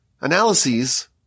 analyses